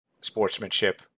sportsmanship